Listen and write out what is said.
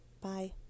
Bye